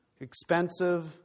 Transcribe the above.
expensive